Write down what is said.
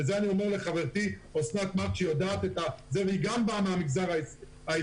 ואת זה אני אומר לחברתי אוסנת מארק שיודעת והיא גם באה מהמגזר העסקי,